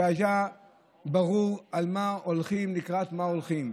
כי היה ברור על מה הולכים, לקראת מה הולכים.